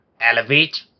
Elevate